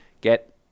get